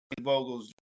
Vogel's